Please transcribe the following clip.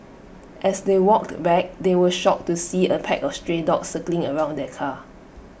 as they walked back they were shocked to see A pack of stray dogs circling around their car